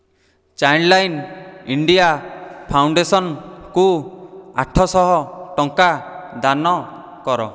child line India ଫାଉଣ୍ଡେସନ୍କୁ ଆଠ ଶହ ଟଙ୍କା ଦାନ କର